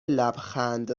لبخند